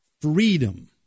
freedom